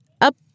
Up